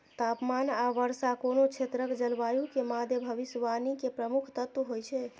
तापमान आ वर्षा कोनो क्षेत्रक जलवायु के मादे भविष्यवाणी के प्रमुख तत्व होइ छै